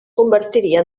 convertiria